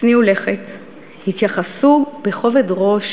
הצניעו לכת, התייחסו בכובד ראש